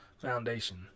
foundation